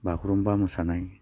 बागुरुमबा मोसानाय